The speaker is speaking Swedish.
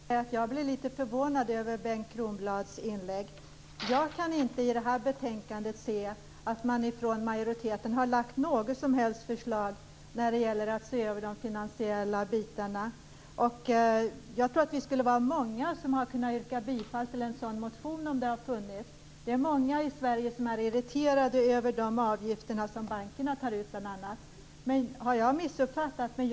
Herr talman! Jag blir litet förvånad över Bengt Kronblads inlägg. Jag kan inte i det här betänkandet se att man från majoriteten har lagt fram något som helst förslag när det gäller att se över de finansiella bitarna. Jag tror att vi skulle kunna vara många som skulle yrka bifall till en sådan motion om den funnits. Det är många i Sverige som är irriterade över de avgifter som bl.a. bankerna tar ut. Har jag missuppfattat det hela?